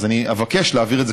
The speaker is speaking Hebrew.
אז אני אבקש להעביר את זה,